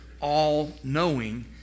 all-knowing